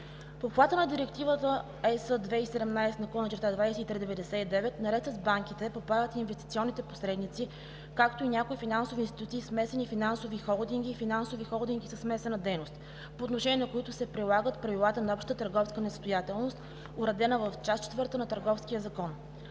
обхвата на Директива (ЕС) 2017/2399, наред с банките, попадат и инвестиционните посредници, както и някои финансови институции, смесени финансови холдинги и финансови холдинги със смесена дейност, по отношение на които се прилагат правилата на общата търговска несъстоятелност, уредена в Част четвърта на Търговския закон.